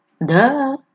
Duh